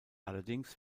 allerdings